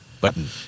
Button